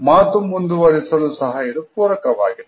ಮಾತು ಮುಂದುವರಿಸಲು ಸಹ ಇದು ಪೂರಕವಾಗಿದೆ